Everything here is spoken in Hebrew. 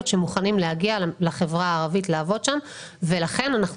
שמוכנים להגיע לחברה הערבית לעבוד שם ולכן אנחנו